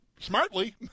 Smartly